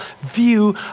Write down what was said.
view